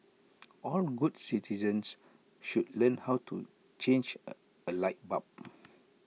all good citizens should learn how to change A light bulb